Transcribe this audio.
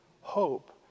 hope